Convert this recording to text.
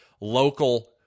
local